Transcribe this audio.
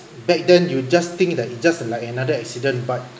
back then you just think that it just like another accident but